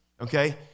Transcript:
okay